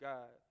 God